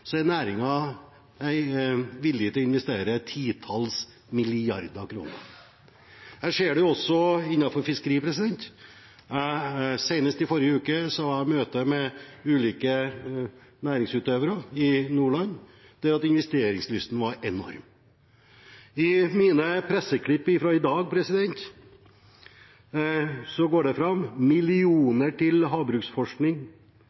så opplever jeg massiv investeringslyst – en enorm investeringslyst. Bare innenfor det som går på utviklingstillatelser, er det slik at hvis alle hadde fått positivt svar på sine søknader, hadde næringen vært villig til å investere titalls milliarder kroner. Jeg ser det også innenfor fiskeri. Senest i forrige uke var jeg i møte med ulike næringsutøvere i Nordland, der investeringslysten var enorm.